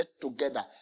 together